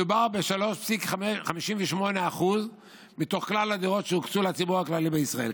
מדובר ב-3.58% מתוך כלל הדירות שהוקצו לציבור הכללי בישראל,